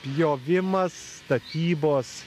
pjovimas statybos